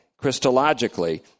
Christologically